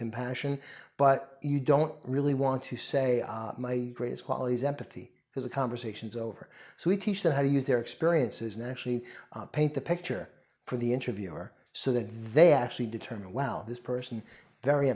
compassion but you don't really want to say my greatest qualities empathy has a conversations over so we teach them how to use their experiences and actually paint the picture for the interviewer so that they actually determine well this person very